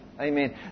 Amen